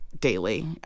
daily